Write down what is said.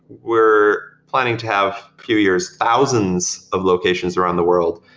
we're planning to have, few years, thousands of locations around the world,